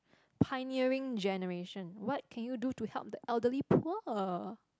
pioneering generation what can you do to help the elderly poor